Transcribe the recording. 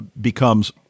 becomes